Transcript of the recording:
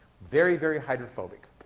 very, very hydrophobic.